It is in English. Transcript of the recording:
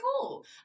cool